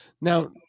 Now